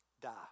die